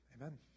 amen